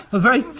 a very